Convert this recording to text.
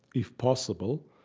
if possible,